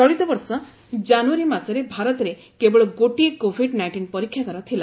ଚଳିତବର୍ଷ କାନୁୟାରୀ ମାସରେ ଭାରତରେ କେବଳ ଗୋଟିଏ କୋଭିଡ୍ ନାଇଣ୍ଟିନ୍ ପରୀକ୍ଷାଗାର ଥିଲା